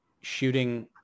shooting